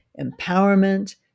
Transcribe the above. empowerment